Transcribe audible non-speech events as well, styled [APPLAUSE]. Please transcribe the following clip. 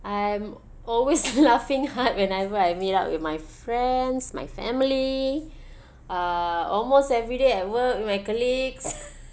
I'm always [LAUGHS] laughing hard whenever I meet up with my friends my family uh almost every day at work with my colleagues